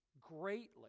greatly